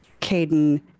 Caden